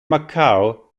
macau